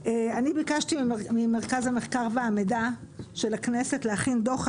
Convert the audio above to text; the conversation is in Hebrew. ביקשתי ממרכז המחקר והמידע של הכנסת להכין דוח,